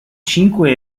cinque